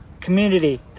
community